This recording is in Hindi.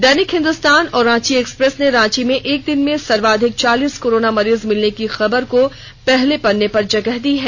दैनिक हिंदुस्तान और रांची एक्सप्रेस ने रांची में एक दिन में सर्वाधिक चालीस कोरोना मरीज मिलने की खबर को पहले पन्ने पर जगह दी है